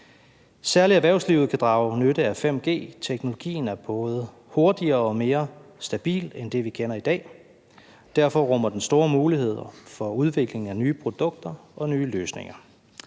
Særlig erhvervslivet kan drage nytte af 5G. Teknologien er både hurtigere og mere stabil end den, vi kender i dag. Derfor rummer den store muligheder for udvikling af nye produkter og nye løsninger.